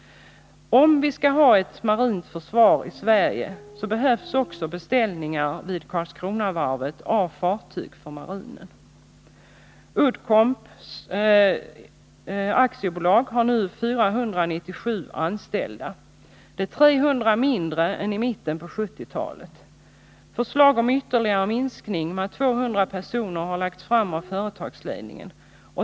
Om vi skall ha ett marint försvar i Sverige, behövs också beställningar vid Karlskronavarvet av fartyg för marinen. Uddcomb Sweden AB har nu 497 anställda. Det är 300 mindre än i mitten av 1970-talet. Förslag om ytterligare minskning med 200 personer har lagts fram av företagsledningen.